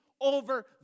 over